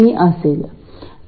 आपण हे कसे केले होते